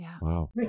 wow